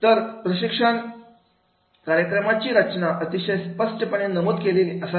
तर प्रशिक्षण कार्यक्रमाची रचना अतिशय स्पष्टपणे नमूद केलेली असावी